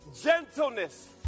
gentleness